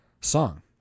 song